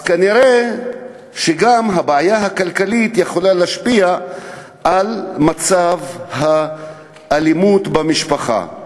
אז כנראה גם הבעיה הכלכלית יכולה להשפיע על מצב האלימות במשפחה.